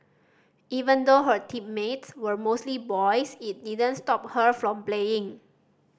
even though her teammates were mostly boys it didn't stop her from playing